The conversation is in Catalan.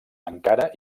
ankara